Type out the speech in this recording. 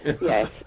Yes